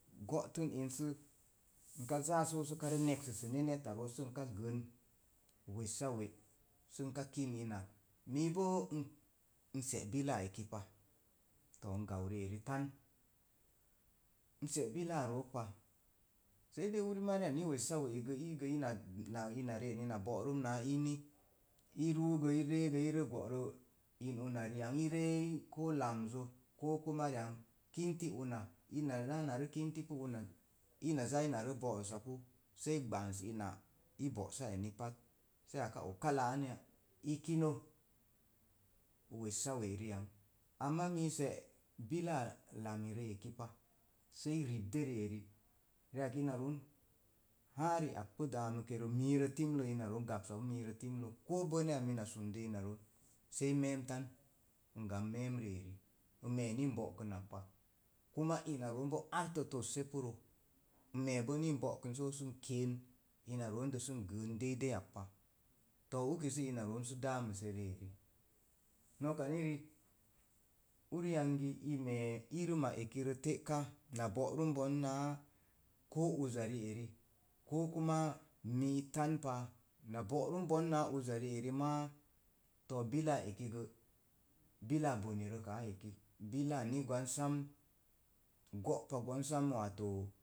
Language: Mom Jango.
Go'tun sə n ka zaa so’ sa karə neksisine neta root sə nka gən wessawe, sə ika kinak. mibo n se biláá eki pa to̱o̱ n gom rieri tan n see biláá rook pa, sei uri mariya ni wessawe'ei gə ii gə ii na'na ina reeni na bo'rum naa iini. I ruugu i reege i rə bo'ro, in una riang. I ree koo lamzzə kokuma ar riang kinti una ina zaa narə kinti pu una ina zaa ina ree bo'rusa pu sei bans ina i bo'sa eni pa sei aká og kala anya i'kine wessawe ri'ang ama ini ne se'bilaa lamirə eki pa. sei ribde rieri, riak ina roon haa ri ak. pu daamikerə. mirə timle ina roon gapsa pu mi rə timlə ko bənaya mina sundo ina roon, sei meen tan. na gamn meem rieri. n me̱e̱ ni n bo'kunak pa. kuma ina roon bo artə tossəpuro n me̱e̱ bo so sə n ke̱e̱n ina roondə sə n gəən deideiyak pa to̱o̱ uki sə ina roon so su daamise, rieri. noka ni mila unyangi i me̱e̱ irima ekirə te'ka na bo'rum bon koo uza ri'eri, kokuma mi tan pa, na bo'run bon naa uza máá to̱o̱ biláá eki gə biláá bonerə áá eki. bilaa ni gwan sam gópa gon sam waato